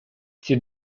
всі